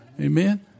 Amen